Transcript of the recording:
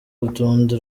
urutonde